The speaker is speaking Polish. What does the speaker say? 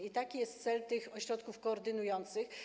I taki jest cel tych ośrodków koordynujących.